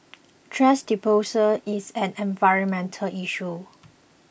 thrash disposal is an environmental issue